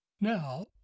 Now